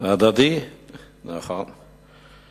הוא העביר היום הצעת חוק בטרומית, אני